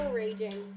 raging